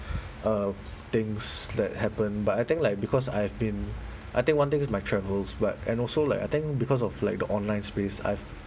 uh things that happen but I think like because I've been I think one thing is my travels but and also like I think because of like the online space I've